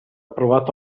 provato